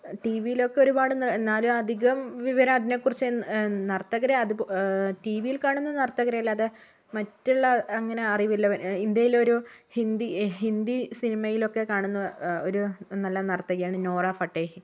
ടിവിയിലൊക്കെ ഒരുപാട് എന്നാലും അധികം വിവരം അതിനെക്കുറിച്ച് നർത്തകരെ അതു ടിവിയിൽ കാണുന്ന നർത്തകരെയല്ലാതെ മറ്റുള്ള അങ്ങനെ അറിവില്ല ഇന്ത്യയിൽ ഒരു ഹിന്ദി ഹിന്ദി സിനിമയിലൊക്കെ കാണുന്ന ഒരു നല്ല നർത്തകിയാണ് നോറ ഫത്തേഹി